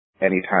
Anytime